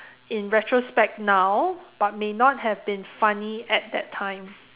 in retrospect now but may have not been funny at that time